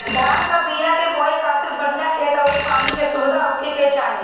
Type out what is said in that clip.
धान कअ बिया के बोए खातिर बढ़िया खेत अउरी पानी के सुविधा होखे के चाही